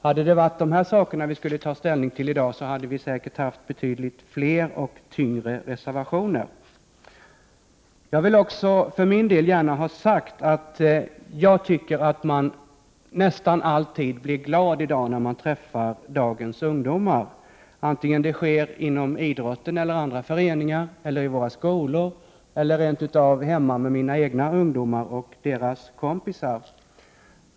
Skulle vi ha tagit ställning till dessa frågor i dag hade vi säkert haft betydligt fler och tyngre reservationer. Jag vill för min del också gärna ha sagt att jag tycker att man nästan alltid blir glad när man träffar dagens ungdomar, vare sig det sker inom idrottsföreningar eller andra föreningar, i våra skolor eller rent av hemma med mina egna ungdomar och deras kompisar.